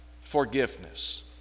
forgiveness